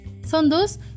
Sondos